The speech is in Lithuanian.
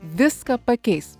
viską pakeis